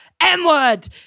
m-word